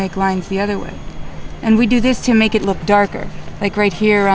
make lines the other way and we do this to make it look darker like right here